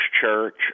church